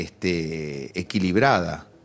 equilibrada